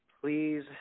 please